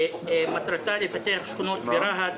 שמטרתה לפתח שכונות ברהט,